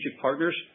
partners